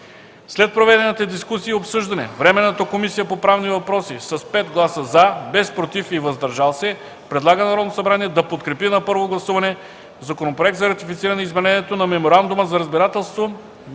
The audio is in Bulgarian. След проведената дискусия и обсъждане, Временната комисия по правни въпроси с 5 гласа „за”, без „против” и „въздържал се”, предлага на Народното събрание да подкрепи на първо гласуване Законопроект за ратифициране Изменението на Меморандума за разбирателство